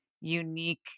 unique